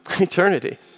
eternity